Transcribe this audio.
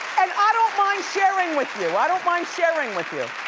i don't mind sharing with you. i don't mind sharing with you.